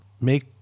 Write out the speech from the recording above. make